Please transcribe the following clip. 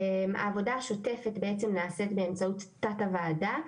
העבודה השוטפת בעצם נעשית באמצעות תת הוועדה,